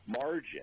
margin –